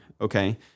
okay